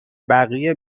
بقیه